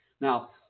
Now